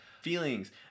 feelings